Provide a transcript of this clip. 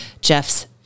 Jeff's